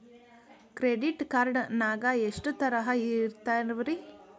Credit card ನಾಗ ಎಷ್ಟು ತರಹ ಇರ್ತಾವ್ರಿ?